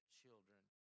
children